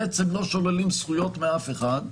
שבעצם לא שוללים זכויות מאף אחד.